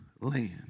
land